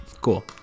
cool